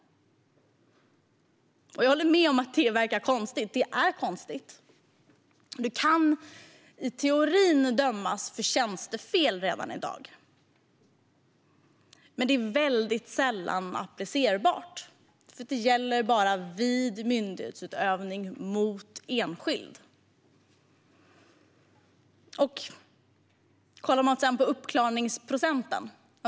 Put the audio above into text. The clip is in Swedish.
Jag håller med om att det verkar konstigt. Det är konstigt. Du kan i teorin dömas för tjänstefel redan i dag, men det är väldigt sällan applicerbart, för det gäller bara vid myndighetsutövning mot enskild. Man kan sedan kolla på uppklaringsprocenten.